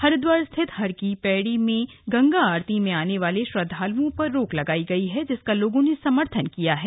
हरिद्वार स्थित हरकीपैड़ी में गंगा आरती में आने वाले श्रद्वालूओं पर रोक लगाई गई है जिसका लोगों ने समर्थन किया है